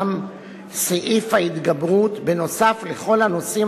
נושא סעיף ההתגברות נוסף על כל הנושאים